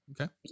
Okay